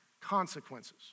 consequences